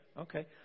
okay